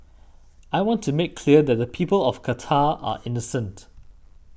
I want to make clear that the people of Qatar are innocent